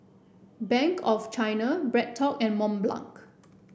Bank of China BreadTalk and Mont Blanc